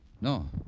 No